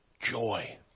joy